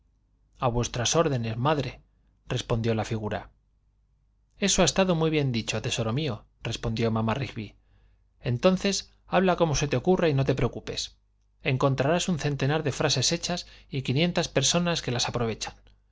a vuestras órdenes madre respondió la figura eso ha estado muy bien dicho tesoro mío respondió mamá rigby entonces habla como se te ocurra y no te preocupes encontrarás un centenar de frases hechas y quinientas personas que las aprovechan